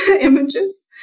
Images